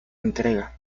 entrega